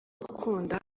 gukunda